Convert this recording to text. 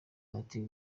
bahati